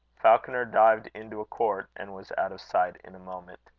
falconer dived into a court, and was out of sight in a moment.